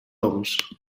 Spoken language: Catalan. oms